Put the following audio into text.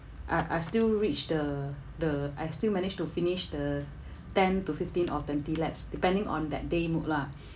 I I still reach the the I still manage to finish the ten to fifteen or twenty laps depending on that day mood lah